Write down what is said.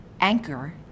Anchor